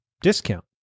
discount